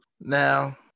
Now